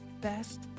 best